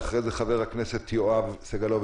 ואחריה חבר הכנסת יואב סגלוביץ'.